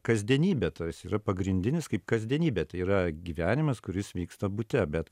kasdienybė tas yra pagrindinis kaip kasdienybė tai yra gyvenimas kuris vyksta bute bet